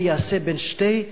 ובתלמוד נאמר: זה שלי וזה שלי.